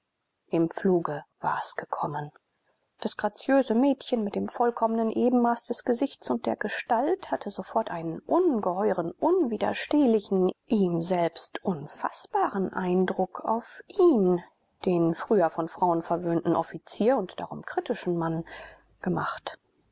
im fluge war's gekommen das graziöse mädchen mit dem vollkommenen ebenmaß des gesichts und der gestalt hatte sofort einen ungeheuren unwiderstehlichen ihm selbst unfaßbaren eindruck auf ihn den früher von frauen verwöhnten offizier und darum kritischen mann gemacht